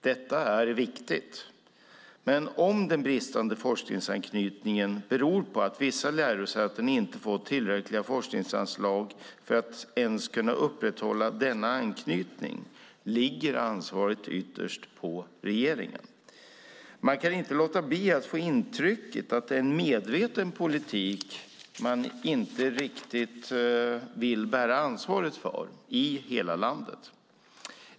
Denna är viktig, men om den bristande forskningsanknytningen beror på att vissa lärosäten inte får tillräckliga forskningsanslag för att ens kunna upprätthålla denna anknytning ligger ansvaret ytterst på regeringen. Jag kan inte låta bli att få intrycket att det är en medveten politik som man inte riktigt vill bära ansvaret för i hela landet.